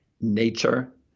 nature